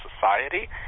society